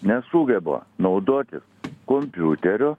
nesugeba naudotis kompiuteriu